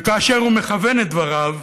וכאשר הוא מכוון דבריו,